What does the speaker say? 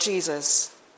Jesus